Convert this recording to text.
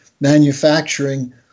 manufacturing